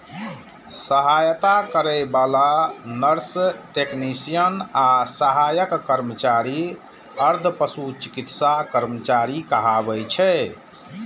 सहायता करै बला नर्स, टेक्नेशियन आ सहायक कर्मचारी अर्ध पशु चिकित्सा कर्मचारी कहाबै छै